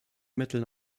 mitteln